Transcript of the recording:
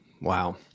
Wow